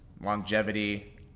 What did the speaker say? Longevity